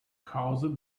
caused